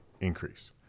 increase